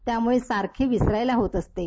त्यामुळे सारखी विसरायला होत असतं